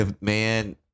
man